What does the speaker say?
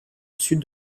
sud